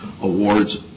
awards